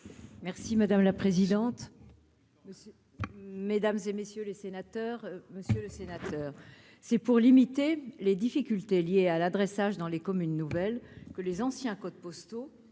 Merci madame la présidente, mesdames et messieurs les sénateurs, monsieur le sénateur, c'est pour limiter les difficultés liées à l'adressage dans les communes nouvelles que les anciens codes postaux